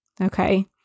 Okay